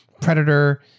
Predator